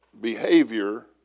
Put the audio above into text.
behavior